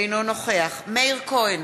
אינו נוכח מאיר כהן,